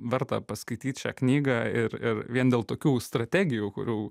verta paskaityt šią knygą ir ir vien dėl tokių strategijų kurių